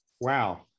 Wow